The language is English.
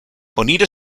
bonita